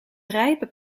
rijpe